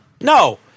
No